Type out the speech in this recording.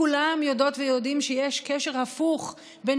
כולם יודעות ויודעים שיש קשר הפוך בין